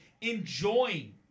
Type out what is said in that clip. enjoying